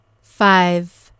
Five